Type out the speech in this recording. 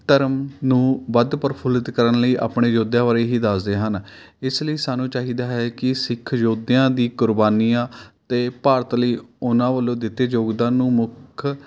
ਧਰਮ ਨੂੰ ਵੱਧ ਪ੍ਰਫੁੱਲਿਤ ਕਰਨ ਲਈ ਆਪਣੇ ਯੋਧਿਆਂ ਬਾਰੇ ਹੀ ਦੱਸਦੇ ਹਨ ਇਸ ਲਈ ਸਾਨੂੰ ਚਾਹੀਦਾ ਹੈ ਕਿ ਸਿੱਖ ਯੋਧਿਆਂ ਦੀ ਕੁਰਬਾਨੀਆਂ ਅਤੇ ਭਾਰਤ ਲਈ ਉਹਨਾਂ ਵੱਲੋਂ ਦਿੱਤੇ ਯੋਗਦਾਨ ਨੂੰ ਮੁੱਖ